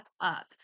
up